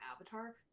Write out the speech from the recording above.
avatar